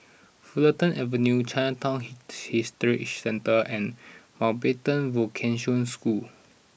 Fulton Avenue Chinatown Heritage Centre and Mountbatten Vocational School